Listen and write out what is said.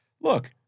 look